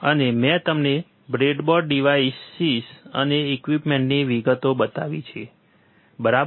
અને મેં તમને બ્રેડબોર્ડ ડિવાઈસીસ અને ઈક્વિપમેંટની વિગતો બતાવી છે બરાબર